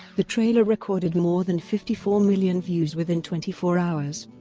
the trailer recorded more than fifty four million views within twenty four hours.